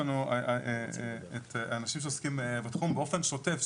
יש לנו את האנשים שעוסקים בתחום באופן שוטף,